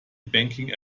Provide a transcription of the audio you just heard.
banking